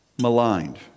maligned